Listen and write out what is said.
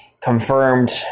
confirmed